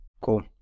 Cool